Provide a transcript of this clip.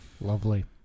Lovely